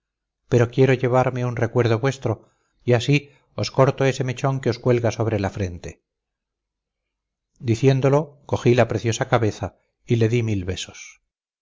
pero quiero llevarme un recuerdo vuestro y así os corto ese mechón que os cuelga sobre la frente diciéndolo cogí la preciosa cabeza y le di mil besos